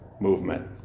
movement